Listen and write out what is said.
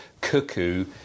cuckoo